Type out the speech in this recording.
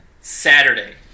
Saturday